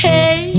Hey